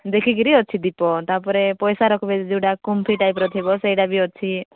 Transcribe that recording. ଦେଖିକିରି ଅଛି ଦୀପ ତା'ପରେ ପଇସା ରଖବେ ଯେଉଁଟା କୁମ୍ପି ଟାଇପ୍ର ଥିବ ସେଇଟା ବି ଅଛି